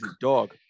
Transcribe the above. Dog